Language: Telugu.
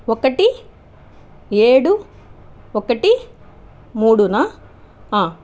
ఒకటి ఏడు ఒకటి మూడున